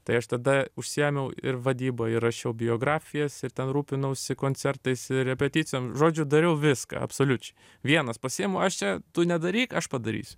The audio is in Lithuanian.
tai aš tada užsiėmiau ir vadyba ir rašiau biografijas ir ten rūpinausi koncertais repeticijom žodžiu dariau viską absoliučiai vienas pasiimu aš čia tu nedaryk aš padarysiu